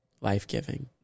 life-giving